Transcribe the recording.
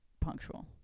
punctual